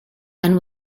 and